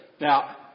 Now